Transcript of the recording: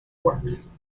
works